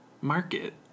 market